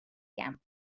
camp